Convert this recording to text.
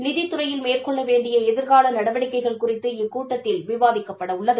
நிதித்துறையில் மேற்கொள்ள வேண்டிய எதிர்கால நடவடிக்கைகள் குறித்து இக்கூட்டத்தில் விவாதிக்கப்பட உள்ளது